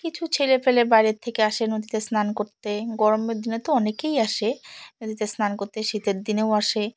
কিছু ছেলেপেলে বাইরের থেকে আসে নদীতে স্নান করতে গরমের দিনে তো অনেকেই আসে নদীতে স্নান করতে শীতের দিনেও আসে